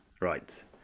Right